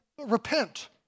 repent